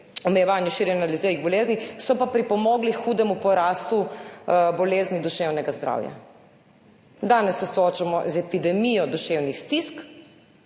omejevanju širjenja nalezljivih bolezni. So pa pripomogli k hudemu porastu bolezni duševnega zdravja. Danes se soočamo z epidemijo duševnih stisk,